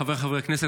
חבריי חברי הכנסת,